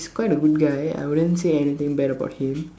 it's quite a good guy I wouldn't say anything bad about him